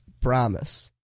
Promise